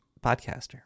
podcaster